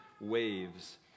waves